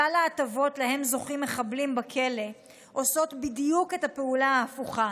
שלל ההטבות שלהן זוכים מחבלים בכלא עושות בדיוק את הפעולה ההפוכה,